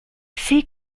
see